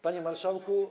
Panie Marszałku!